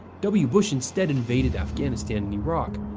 w. bush instead invaded afghanistan and iraq,